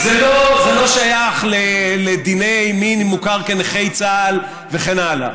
זה לא שייך לדיני מי מוכר כנכה צה"ל וכן הלאה.